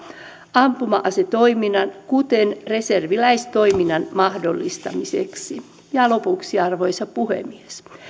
ampuma asetoiminnan kuten reserviläistoiminnan mahdollistamiseksi lopuksi arvoisa puhemies